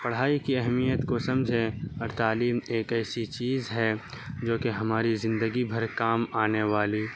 پڑھائی کی اہمیت کو سمجھیں اور تعلیم ایک ایسی چیز ہے جو کہ ہماری زندگی بھر کام آنے والی